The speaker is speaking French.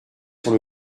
sur